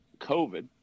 COVID